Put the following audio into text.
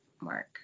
Mark